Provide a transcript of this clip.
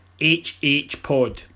HHpod